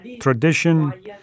tradition